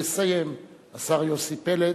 יסיים השר יוסי פלד,